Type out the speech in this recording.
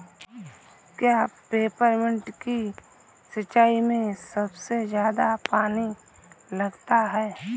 क्या पेपरमिंट की सिंचाई में सबसे ज्यादा पानी लगता है?